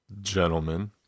Gentlemen